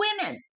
women